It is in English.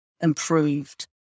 improved